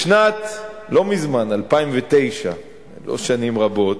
בשנת, לא מזמן, 2009, לא שנים רבות,